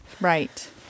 Right